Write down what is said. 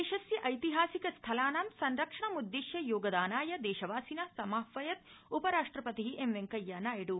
उपराष्ट्रपति देशस्य ऐतिहासिक स्थलानां संरक्षणमुददिश्य योगदानाय देशवासिन समाहवयत् उपराष्ट्रपति एम् वेंकैया नायड्